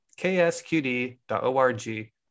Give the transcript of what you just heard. ksqd.org